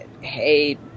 hey